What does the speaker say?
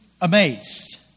amazed